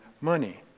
money